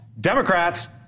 Democrats